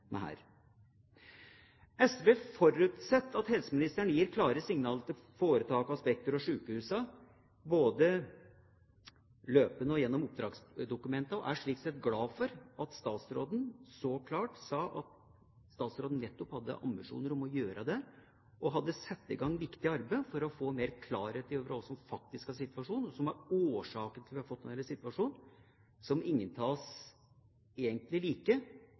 her. SV forutsetter at helseministeren gir klare signaler til foretakene, Spekter og sykehusene, både løpende og gjennom oppdragsdokumentene, og er slik sett glad for at statsråden så klart sa at hun nettopp hadde ambisjoner om å gjøre det, og hadde satt i gang et viktig arbeid for å få mer klarhet i hva som faktisk er situasjonen, og hva som er årsaken til at vi har fått denne situasjonen, som ingen av oss egentlig